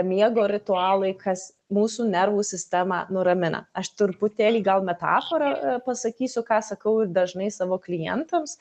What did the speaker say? miego ritualai kas mūsų nervų sistemą nuramina aš truputėlį gal metaforą pasakysiu ką sakau i dažnai savo klientams